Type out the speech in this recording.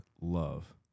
love